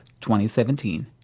2017